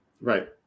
Right